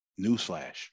Newsflash